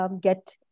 Get